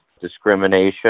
discrimination